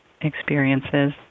experiences